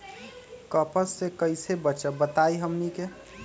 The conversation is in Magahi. कपस से कईसे बचब बताई हमनी के?